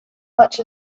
much